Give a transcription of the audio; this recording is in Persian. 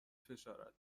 فشارد